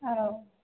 औ